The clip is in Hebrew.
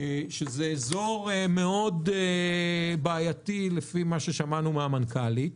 שזה אזור מאוד בעייתי לפי מה ששמענו מן המנכ"לית,